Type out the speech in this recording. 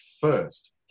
first